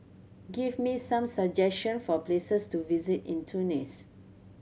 give me some suggestion for places to visit in Tunis